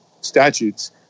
statutes